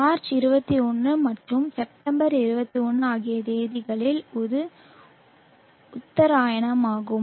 March 21 மற்றும் September 21 ஆகிய தேதிகளில் இது உத்தராயணமாகும்